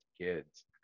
kids